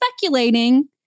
speculating